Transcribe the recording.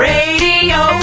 Radio